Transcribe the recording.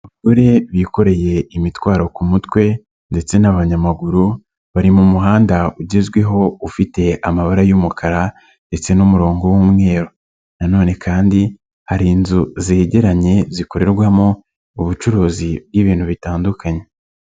Abagore bikoreye imitwaro ku mutwe ndetse n'abanyamaguru, bari mu muhanda ugezweho ufite amabara y'umukara ndetse n'umurongo w'umweru na none kandi hari inzu zegeranye zikorerwamo ubucuruzi bw'ibintu bitandukanye.